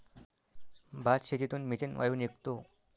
भातशेतीतून मिथेन वायू निघतो